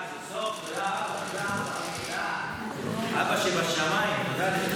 תודה, תודה, תודה, אבא שבשמיים, תודה לך